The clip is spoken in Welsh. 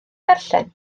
darllen